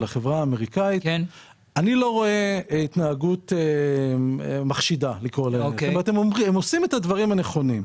אני רואה שהם עושים את הדברים הנכונים.